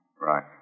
Right